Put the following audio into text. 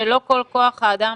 שלא כל כוח האדם